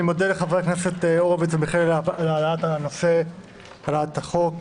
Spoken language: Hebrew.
אני מודה לחברי הכנסת הורוביץ ומיכאלי על העלאת הצעת החוק,